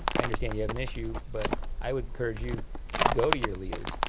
i understand you have an issue, but i would encourage you to go to your leaders.